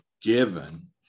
given